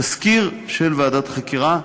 תזכיר של ועדת חקירה,